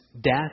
death